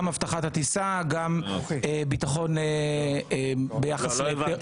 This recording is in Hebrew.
גם אבטחת הטיסה, גם ביטחון ביחס --- לא הבנתי.